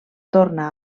torna